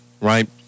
right